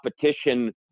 competition